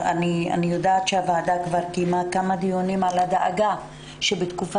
אני יודעת שהוועדה כבר קיימה כמה דיונים על הדאגה שבתקופת